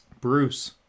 Bruce